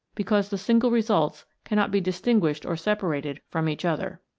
because the single results cannot be distinguished or separated from each other.